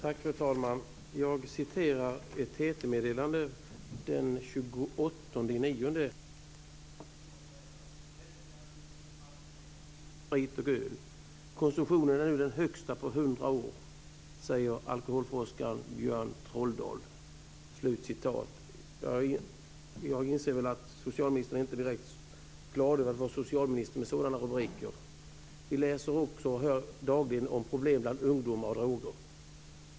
Fru talman! Jag läser ett TT-meddelande från den 28 september: "Svenskarna dricker alltmer vin, sprit och öl. - Konsumtionen är nu den högsta på hundra år, säger alkoholforskaren Björn Trolldal." Jag inser att socialministern inte är direkt glad över att vara socialminister med sådana rubriker. Vi läser också och hör dagligen om problem bland ungdomar och droger.